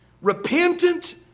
repentant